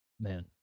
man